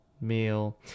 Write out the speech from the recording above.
meal